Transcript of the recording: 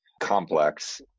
complex